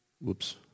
Whoops